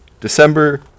December